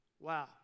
Wow